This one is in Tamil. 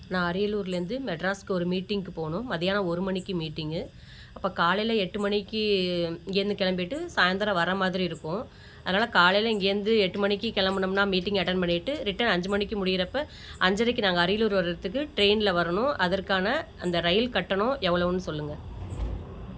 நான் அரியலூர்லேருந்து மெட்ராஸ்க்கு ஒரு மீட்டிங்குக்கு போகணும் மத்தியானம் ஒரு மணிக்கு மீட்டிங்கு அப்போ காலையில் எட்டு மணிக்கி இங்கேருந்து கிளம்பிட்டு சாயந்தரம் வர மாதிரி இருக்கும் அதனால் காலையில் இங்கேருந்து எட்டு மணிக்கு கிளம்புனோம்னா மீட்டிங் அட்டன் பண்ணிவிட்டு ரிட்டன் அஞ்சு மணிக்கி முடியிறப்போ அஞ்சரைக்கு நாங்கள் அரியலூர் வர்றதுக்கு ட்ரெயினில் வரணும் அதற்கான அந்த ரயில் கட்டணம் எவ்வளோன்னு சொல்லுங்கள்